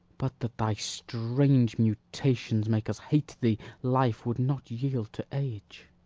but that thy strange mutations make us hate thee, life would not yield to age.